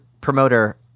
promoter